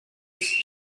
its